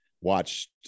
watched